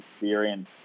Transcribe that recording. experience